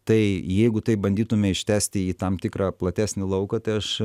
tai jeigu tai bandytume ištęsti į tam tikrą platesnį lauką tai aš